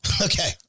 Okay